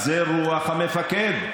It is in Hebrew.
זה רוח המפקד.